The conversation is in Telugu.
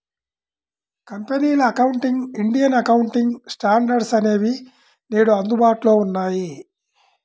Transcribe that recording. కంపెనీల అకౌంటింగ్, ఇండియన్ అకౌంటింగ్ స్టాండర్డ్స్ అనేవి నేడు అందుబాటులో ఉన్నాయి